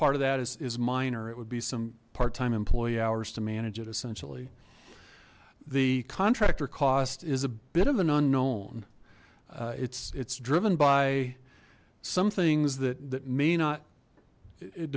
part of that is minor it would be some part time employee hours to manage it essentially the contractor cost is a bit of an unknown it's it's driven by some things that that may not it